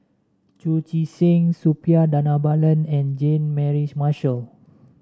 Chu Chee Seng Suppiah Dhanabalan and Jean Mary Marshall